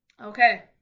Okay